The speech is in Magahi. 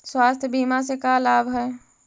स्वास्थ्य बीमा से का लाभ है?